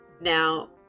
Now